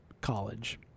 college